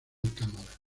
cámara